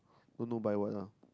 don't know buy what lah